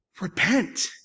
repent